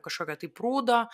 kažkokio tai prūdo